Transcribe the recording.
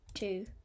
two